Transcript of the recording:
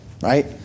right